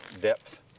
depth